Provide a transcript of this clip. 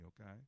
okay